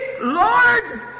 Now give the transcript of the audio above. Lord